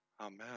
Amen